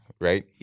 right